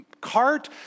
cart